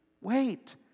Wait